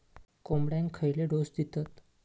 कोंबड्यांक खयले डोस दितत?